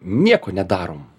nieko nedarom